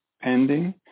pending